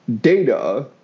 data